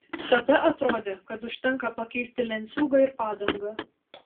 tada atrodė kad užtenka pakeisti lenciūgą ir padangą